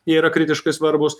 jie yra kritiškai svarbūs